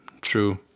true